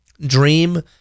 Dream